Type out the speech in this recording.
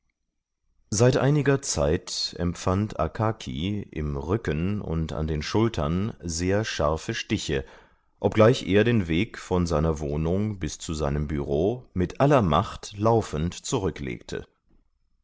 seit einiger zeit empfand akaki im rücken und an den schultern sehr scharfe stiche obgleich er den weg von seiner wohnung bis zu seinem büro mit aller macht laufend zurücklegte